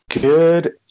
Good